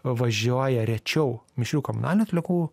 važiuoja rečiau mišrių komunalinių atliekų